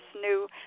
new